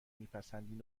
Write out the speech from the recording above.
میپسندین